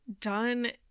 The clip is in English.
done